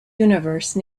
universe